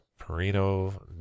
Perino